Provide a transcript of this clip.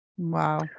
Wow